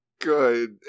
good